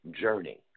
journey